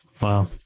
Wow